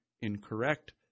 incorrect